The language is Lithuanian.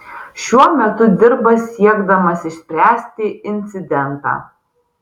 šiuo metu dirba siekdamas išspręsti incidentą